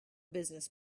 business